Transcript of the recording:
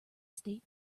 state